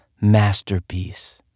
masterpiece